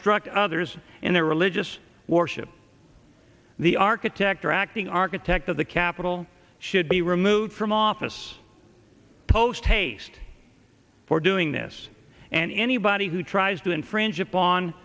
obstruct others in their religious worship the architect or acting architect of the capitol should be removed from office post haste for doing this and anybody who tries to infringe upon